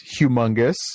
humongous